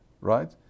right